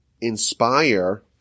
inspire